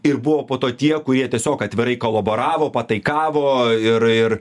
ir buvo po to tie kurie tiesiog atvirai kolaboravo pataikavo ir ir